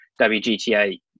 WGTA